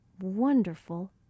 wonderful